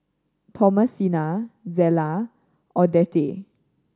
Thomasina Zella Odette